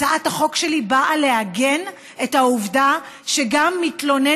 הצעת החוק שלי באה לעגן בחוק את זה שגם מתלוננת